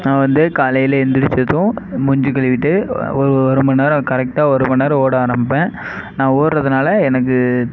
நான் வந்து காலையில் எந்திரிச்சதும் மூஞ்சி கழுவிட்டு ஒரு ஒரு ஒரு மணிநேரம் கரெக்டாக ஒரு மணி நேரம் ஓட ஆரம்பிப்பேன் நான் ஓடுறதுனால எனக்கு